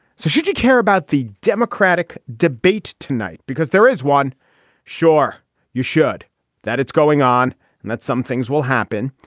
so should you care about the democratic debate tonight. because there is one sure you should that it's going on and that some things will happen.